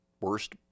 worst